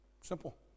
Simple